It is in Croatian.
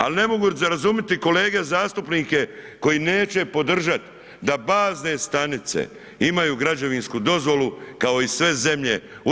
Ali ne mogu za razumjeti kolege zastupnike koji neće podržati da bazne stanice imaju građevinsku dozvolu kao i sve zemlje u EU.